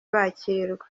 bakirwa